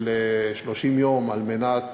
של 30 יום, על מנת